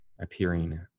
appearing